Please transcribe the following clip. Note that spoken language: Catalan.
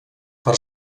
per